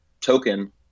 token